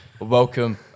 Welcome